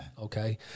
okay